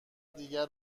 دیگر